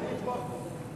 אני אתמוך בו.